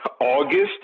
August